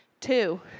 Two